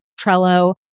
Trello